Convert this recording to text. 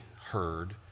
heard